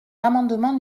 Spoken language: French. l’amendement